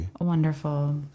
Wonderful